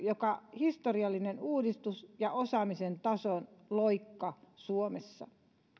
joka on historiallinen uudistus ja osaamisen tason loikka suomessa